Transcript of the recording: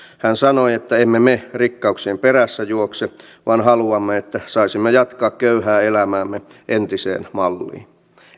hän sanoi että emme me rikkauksien perässä juokse vaan haluamme että saisimme jatkaa köyhää elämäämme entiseen malliin